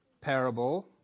parable